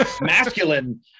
masculine